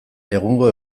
egungo